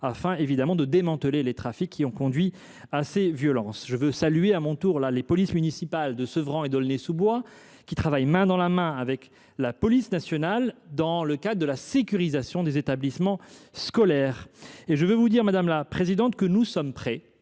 en vue du démantèlement des trafics qui ont conduit à ces violences. Je veux saluer, à mon tour, les polices municipales de Sevran et d’Aulnay sous Bois, qui travaillent main dans la main avec la police nationale dans le cadre de la sécurisation des établissements scolaires. Nous sommes prêts, madame la sénatrice, à aller plus